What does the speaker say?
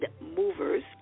movers